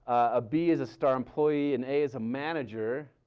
a b is a star employee and a is a manager.